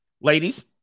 ladies